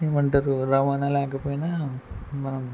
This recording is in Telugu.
ఏమంటారు రవాణా లేకపోయినా మనం